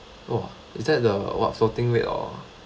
oh is that the what floating rate or